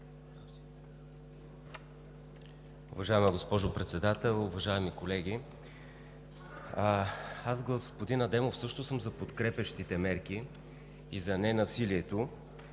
Уважаема госпожо Председател, уважаеми колеги! Господин Адемов, аз също съм за подкрепящите мерки и за ненасилието,